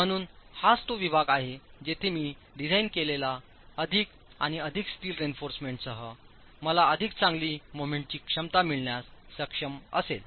म्हणूनच हाच तो विभाग आहे जिथे मी डिझाइन केलेल्या अधिक आणि अधिक स्टील रेइन्फॉर्समेंटसह मला अधिक चांगली मोमेंटची क्षमता मिळण्यास सक्षम असेल